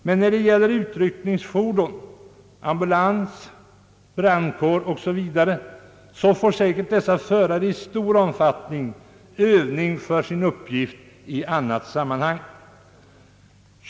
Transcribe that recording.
Men när det gäller utryckningsfordon, såsom ambulans, brandkår 0. s. v., får säkerligen förarna i stor omfattning övning för sin uppgift i annat sammanhang.